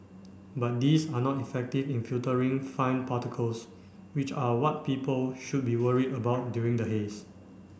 but these are not effective in filtering fine particles which are what people should be worried about during the haze